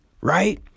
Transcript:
right